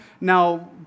now